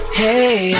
hey